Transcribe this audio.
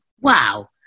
Wow